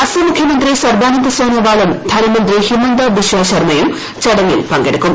അസം മുഖ്യമന്ത്രി സർബാനന്ദ സോനോവാളും ധനമന്ത്രി ഹിമന്ദ ബിശ്വ ശർമ്മയും ചടങ്ങിൽ പങ്കെടുക്കും